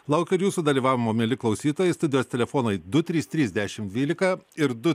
laukiu ir jūsų dalyvavimo mieli klausytojai studijos telefonai du trys trys dešimt dvylika ir du